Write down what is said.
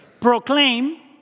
Proclaim